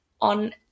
on